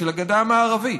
של הגדה המערבית.